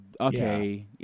okay